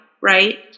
Right